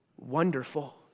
wonderful